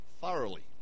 thoroughly